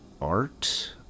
art